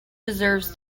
deserves